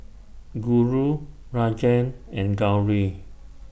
Guru Rajan and Gauri